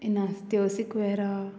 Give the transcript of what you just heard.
Inacio Sequeira